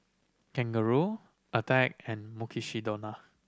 Kangaroo Attack and Mukshidonna